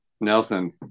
Nelson